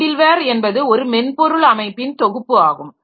middle வேர் என்பது ஒரு மென்பொருள் அமைப்பின் தொகுப்பு ஆகும்